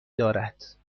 دارد